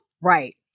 Right